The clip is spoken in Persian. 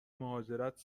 مهاجرت